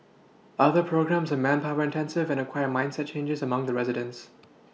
other programmes are manpower intensive and require mindset changes among the residents